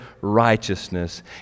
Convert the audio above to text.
righteousness